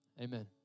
amen